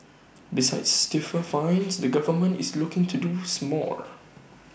besides stiffer fines the government is looking to do small